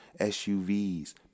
SUVs